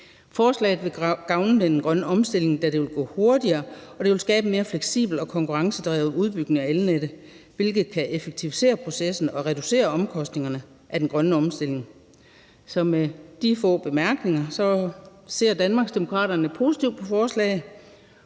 Forslaget vil gavne den grønne omstilling, da det vil gå hurtigere, og det vil skabe en mere fleksibel og konkurrencedrevet udbygning af elnettet, hvilket kan effektivisere processen og reducere omkostningerne ved den grønne omstilling. Med de få bemærkninger ser Danmarksdemokraterne positivt på forslaget,